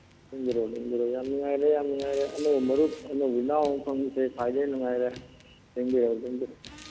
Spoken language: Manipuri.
ꯂꯦꯡꯕꯤꯔꯛꯑꯣ ꯂꯦꯡꯕꯤꯔꯛꯑꯣ ꯌꯥꯝ ꯅꯨꯡꯉꯥꯏꯔꯦ ꯌꯥꯝ ꯅꯨꯡꯉꯥꯏꯔꯦ ꯑꯅꯧꯕ ꯃꯔꯨꯞ ꯑꯅꯧꯕ ꯏꯅꯥꯎ ꯐꯪꯕꯁꯦ ꯈ꯭ꯋꯥꯏꯗꯩ ꯅꯨꯡꯉꯥꯏꯔꯦ ꯂꯦꯡꯕꯤꯔꯛꯎ ꯂꯦꯡꯕꯤꯔꯛꯎ